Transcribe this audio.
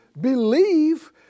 believe